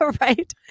Right